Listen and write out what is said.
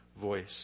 voice